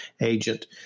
agent